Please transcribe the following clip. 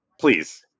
please